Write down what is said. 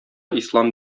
ислам